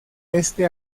este